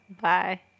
Bye